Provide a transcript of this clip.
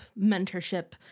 mentorship